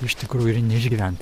iš tikrųjų ir neišgyvent